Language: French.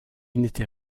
n’était